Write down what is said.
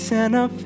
Santa